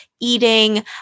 eating